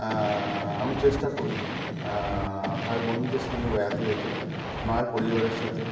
আমি চেষ্টা করি হয় বন্ধুদের সঙ্গে বেড়াতে যেতে নয় পরিবারের সাথে